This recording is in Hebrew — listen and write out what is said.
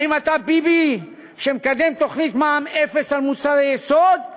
האם אתה ביבי שמקדם תוכנית מע"מ אפס על מוצרי יסוד,